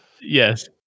Yes